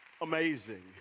amazing